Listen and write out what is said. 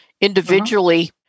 individually